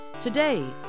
Today